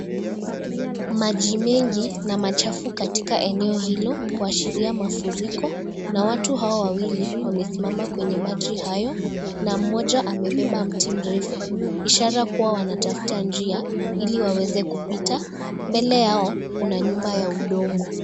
Maji mengi na machafu katika eneo hilo kuashiria mafuriko na watu hawa wawili wamesimama kwenye maji hayo na mmoja amebeba mti mrefu, ishara kuwa wanatafuta njia ili waweze kupita. Mbele Yao kuna nyumba ya udongo.